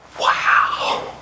Wow